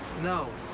no.